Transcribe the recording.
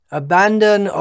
abandon